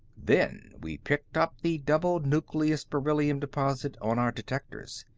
then we picked up the double-nucleus beryllium deposit on our detectors.